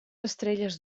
estrelles